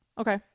Okay